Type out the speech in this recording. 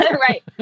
Right